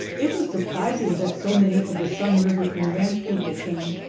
it was surprising that so many of the sun river and ranch people came,